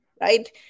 right